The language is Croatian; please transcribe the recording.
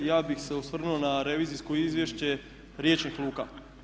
Ja bih se osvrnuo na revizijsko izvješće riječnih luka.